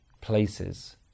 places